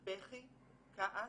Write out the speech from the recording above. בכי, כעס,